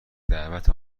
دعوت